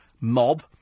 mob